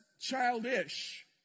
childish